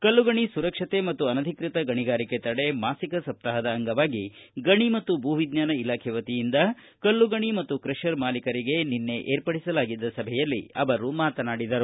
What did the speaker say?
ಕಲ್ಲುಗಣಿ ಸುರಕ್ಷತೆ ಮತ್ತು ಅನಧಿಕೃತ ಗಣಿಗಾರಿಕೆ ತಡೆ ಮಾಸಿಕ ಸಪ್ತಾಹದ ಅಂಗವಾಗಿ ಗಣಿ ಮತ್ತು ಭೂವಿಜ್ವಾನ ಇಲಾಖೆ ವತಿಯಿಂದ ಕಲ್ಲುಗಣಿ ಮತ್ತು ಕ್ರಪರ್ ಮಾಲೀಕರಿಗೆ ಏರ್ಪಡಿಸಲಾಗಿದ್ದ ಸಭೆಯಲ್ಲಿ ಅವರು ಮಾತನಾಡಿದರು